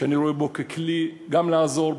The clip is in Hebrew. שאני רואה בו כלי גם לעזור,